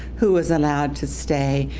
who is allowed to stay,